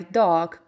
dog